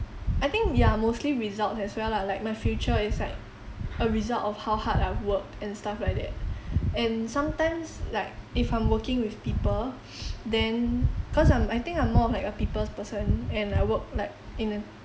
I think ya mostly results as well lah like my future is like a result of how hard I've worked and stuff like that and sometimes like if I'm working with people then cause I'm I think I'm more of like a people's person and I work like in a